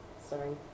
Sorry